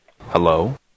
Hello